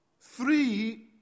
three